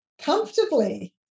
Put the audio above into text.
comfortably